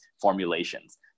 formulations